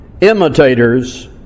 imitators